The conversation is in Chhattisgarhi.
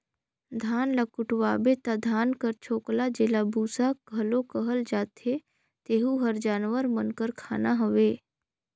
धान ल कुटवाबे ता धान कर छोकला जेला बूसा घलो कहल जाथे तेहू हर जानवर मन कर खाना हवे